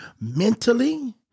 mentally